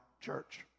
church